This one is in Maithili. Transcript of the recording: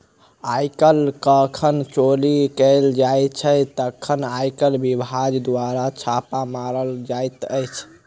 आयकर जखन चोरी कयल जाइत छै, तखन आयकर विभाग द्वारा छापा मारल जाइत अछि